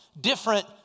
different